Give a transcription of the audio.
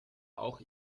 auch